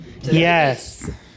Yes